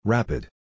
Rapid